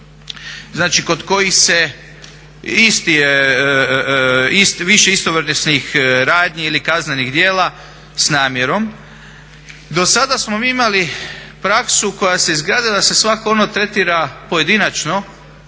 znači kod kojih se, isti je, više istovrsnih radnji ili kaznenih djela s namjerom. Do sada smo mi imali praksu koja se izgradila da se svatko ono tretira pojedinačno